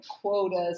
quotas